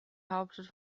hauptstadt